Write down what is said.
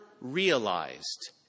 realized